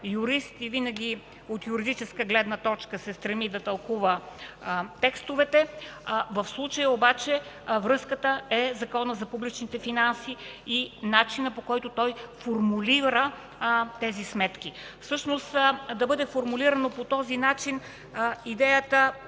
юрист и винаги от юридическа гледна точка се стреми да тълкува текстовете. В случая обаче връзката е Законът за публичните финанси и начинът, по който той формулира тези сметки. Всъщност идеята да бъде формулирано по този начин в